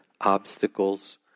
obstacles